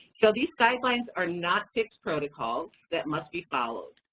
so these guidelines are not fixed protocols that must be followed,